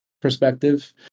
perspective